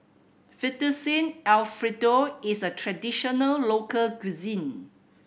Fettuccine Alfredo is a traditional local cuisine